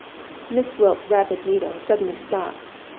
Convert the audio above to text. miss gwilt's rapid needle suddenly stopped.